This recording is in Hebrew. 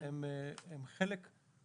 זאת אומרת שהאחים הם באמת חלק בהעסקה,